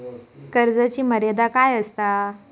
कर्जाची मर्यादा काय असता?